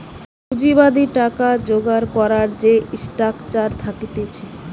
পুঁজিবাদী টাকা জোগাড় করবার যে স্ট্রাকচার থাকতিছে